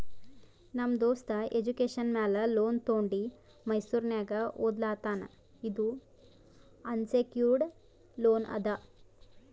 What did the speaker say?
ನಮ್ ದೋಸ್ತ ಎಜುಕೇಷನ್ ಮ್ಯಾಲ ಲೋನ್ ತೊಂಡಿ ಮೈಸೂರ್ನಾಗ್ ಓದ್ಲಾತಾನ್ ಇದು ಅನ್ಸೆಕ್ಯೂರ್ಡ್ ಲೋನ್ ಅದಾ